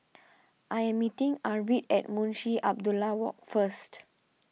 I am meeting Arvid at Munshi Abdullah Walk first